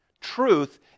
Truth